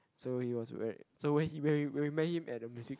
so he was very so when he when we when we met him at the music